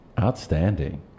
Outstanding